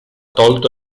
tolto